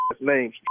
name